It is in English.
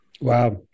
Wow